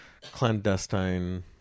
clandestine